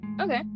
okay